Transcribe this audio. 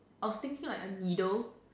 I was thinking like a needle